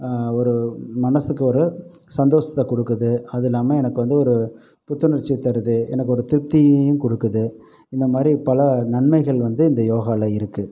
ஒரு மனசுக்கு ஒரு சந்தோசத்தை கொடுக்குது அதில்லாமல் எனக்கு வந்து ஒரு புத்துணர்ச்சியை தருது எனக்கு ஒரு திருப்தியையும் கொடுக்குது இந்தமாதிரி பல நன்மைகள் வந்து இந்த யோகாவில் இருக்குது